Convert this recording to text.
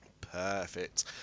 perfect